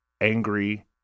Angry